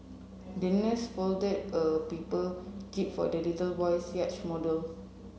the nurse folded a paper jib for the little boy's yacht model